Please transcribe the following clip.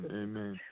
amen